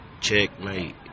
Checkmate